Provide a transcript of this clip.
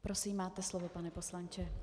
Prosím, máte slovo, pane poslanče.